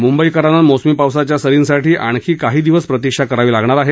मुंबईकरांना मोसमी पावसांच्या सरीसाठी आणखी काही दिवस प्रतीक्षा करावी लागणार आहे